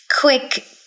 quick